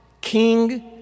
king